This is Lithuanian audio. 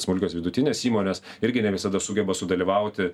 smulkios vidutinės įmonės irgi ne visada sugeba sudalyvauti